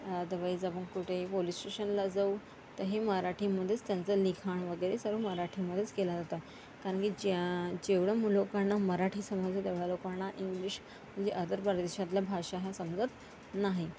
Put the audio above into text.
otherwise आपण कुठे police स्टेशनला जाऊ तर हे मराठीमध्येच त्यांचं लिखाण वगैरे सर्व मराठीमध्येच केला जातं कारण की ज्या जेवढं मु लोकांना मराठी समजतं तेवढ्या लोकांना इंग्लिश म्हणजे अदर परदेशातल्या भाषा ह्या समजत नाही